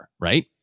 right